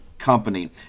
company